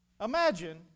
Imagine